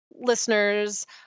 listeners